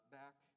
back